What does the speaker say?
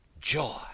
Joy